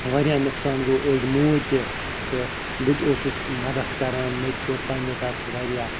واریاہ نقصان گوٚو أڑۍ موٗدۍ تہِ تہٕ بٔتہِ اوسُس مدتھ کران میٚتہِ کوٚر پَنٛنہِ طرفہٕ واریاہ